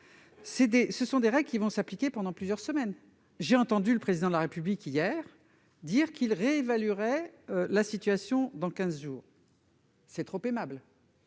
national. Ces règles vont s'appliquer pendant plusieurs semaines ; j'ai entendu le Président de la République, hier, dire qu'il réévaluerait la situation dans quinze jours- c'est trop aimable.